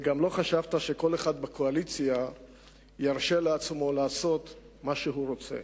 וגם לא חשבת שכל אחד בקואליציה ירשה לעצמו לעשות מה שהוא רוצה.